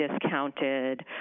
discounted